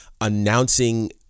announcing